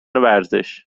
ورزش